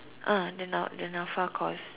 ah the na~ the Nafa course